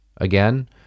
again